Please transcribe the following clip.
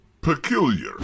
Peculiar